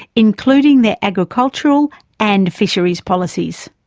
including their agricultural and fisheries policies.